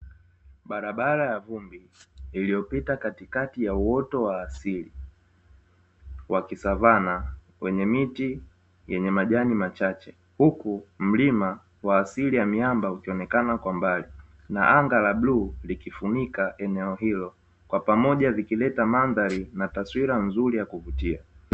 Barabara ya vumbi iliopita katikati ya uoto wa asili wakisavana wenye miti yenye majani machache huku mlima wa wa asili ya miamba ukionekana kwa mbali na anga la bluu likifunika eneo hilo kwa pamoja likileta mandhari na taswira nzuri ya kuvutia.